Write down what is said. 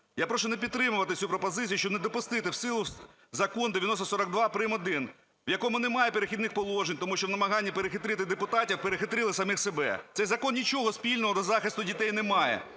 Я прошу не підтримувати цю пропозицію, щоб не допустити в силу Закон 9042 прим. 1, в якому немає перехідних положень, тому що в намаганні перехитрити депутатів перехитрили самих себе. Цей закон нічого спільного до захисту дітей не має.